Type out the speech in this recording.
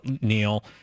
Neil